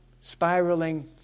spiraling